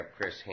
Chris